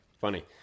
Funny